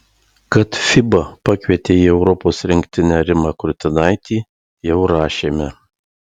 kad fiba pakvietė į europos rinktinę rimą kurtinaitį jau rašėme